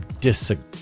disagree